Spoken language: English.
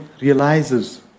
realizes